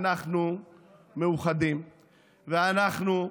אנחנו מאוחדים ואנחנו,